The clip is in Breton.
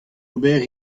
ober